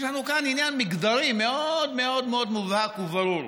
יש לנו כאן עניין מגדרי מאוד מאוד מאוד מובהק וברור.